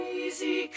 easy